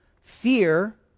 Fear